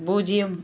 பூஜ்ஜியம்